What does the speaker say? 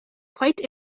quite